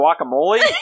guacamole